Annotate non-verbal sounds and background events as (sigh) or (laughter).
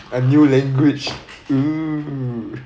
a new language (noise)